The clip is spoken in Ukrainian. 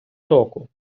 току